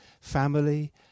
family